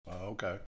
Okay